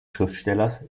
schriftstellers